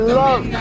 love